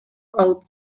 алып